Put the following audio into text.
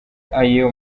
ayo